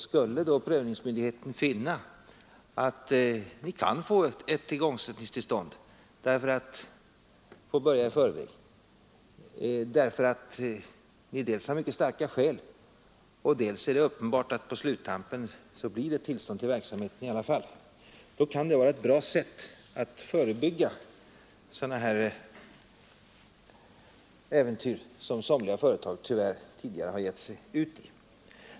Skulle då prövningsmyndigheten finna att företagen i fråga kan få igångsättningstillstånd och kan börja i förväg, dels därför att de har mycket starka skäl, dels därför att det är uppenbart att det till slut kommer att lämnas tillstånd till verksamheten i alla fall, kan det vara ett bra sätt att förebygga sådana äventyr som somliga företag tidigare tyvärr har gett sig in i.